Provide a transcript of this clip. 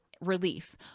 relief